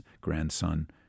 grandson